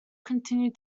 continue